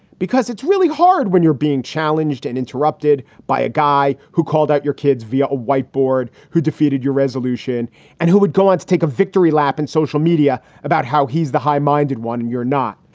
because it's really hard when you're being challenged and interrupted by a guy who called out your kids via a whiteboard, who defeated your resolution and who would go on to take a victory lap in social media about how he's the high minded one. you're not.